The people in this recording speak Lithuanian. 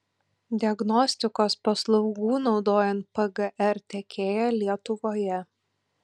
diagnostikos paslaugų naudojant pgr tiekėja lietuvoje